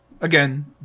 Again